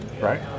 right